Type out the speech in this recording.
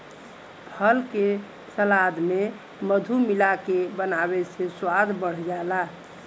फल के सलाद में मधु मिलाके बनावे से स्वाद बढ़ जाला